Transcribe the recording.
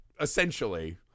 essentially